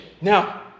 Now